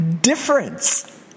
Difference